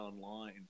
online